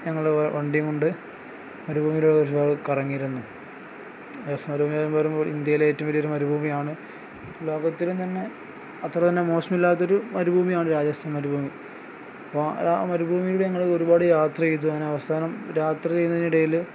ഞങ്ങൾ വണ്ടിയും കൊണ്ട് മരുഭൂമിയിലൂടെ ഒരുപാട് കറങ്ങിയിരുന്നു രാജസ്ഥ മരുഭൂമിയെന്ന് പറയുമ്പോൾ ഇന്ത്യയിലെ ഏറ്റവും വലിയൊരു മരുഭൂമിയാണ് ലോകത്തിലും തന്നെ അത്ര തന്നെ മോശമല്ലാത്തൊരു മരുഭൂമിയാണ് രാജസ്ഥാൻ മരുഭൂമി അപ്പം അതാ മരുഭൂമിയുടെ ഞങ്ങൾക്ക് ഒരുപാട് യാത്ര ചെയ്തു അങ്ങനെ അവസാനം യാത്ര ചെയ്യുന്നതിനിടയിൽ